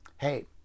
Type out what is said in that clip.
Hey